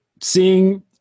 seeing